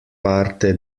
parte